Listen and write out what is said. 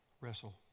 wrestle